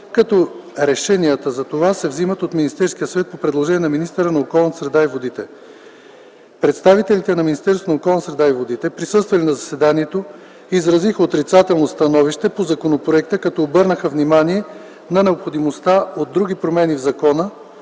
като решенията за това се взимат от Министерския съвет по предложение на министъра на околната среда и водите. Представителите на Министерството на околната среда и водите, присъствали на заседанието, изразиха отрицателно становище по законопроекта като обърнаха внимание на необходимостта и от други промени в закона,